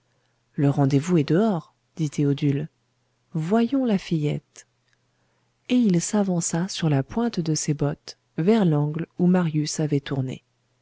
le rendez-vous est dehors dit théodule voyons la fillette et il s'avança sur la pointe de ses bottes vers l'angle où marius avait tourné